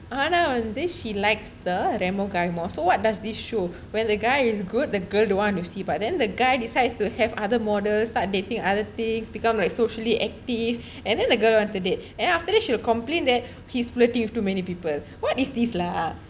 ஆனா வந்து:aanaa vanthu she likes the remo guy more so what does this show when the guy is good the girl don't want to see but then the guy decides to have other models start dating other things become like socially active and then the girl wanted to date and then after that she will complain that he's flirting with too many people what is this lah